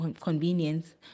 convenience